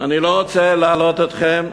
אני לא רוצה להלאות אתכם,